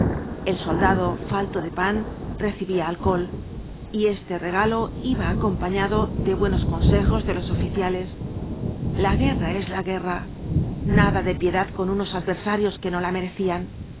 el soldado falto de pan recibía alcohol y este regalo iba acompañado de buenos consejos de los oficiales la guerra es la guerra nada de piedad con unos adversarios que no la merecían